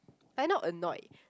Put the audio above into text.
lke not annoyed